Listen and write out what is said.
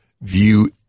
view